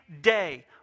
day